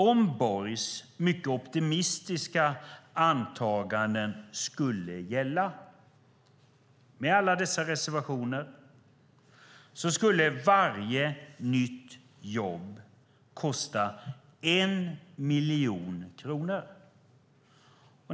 Om Borgs mycket optimistiska antaganden skulle gälla, med alla dessa reservationer, skulle varje nytt jobb kosta 1 miljon kronor.